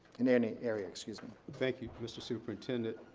in any area, excuse me. thank you, mr. superintendent.